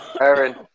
Aaron